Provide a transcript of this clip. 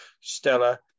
Stella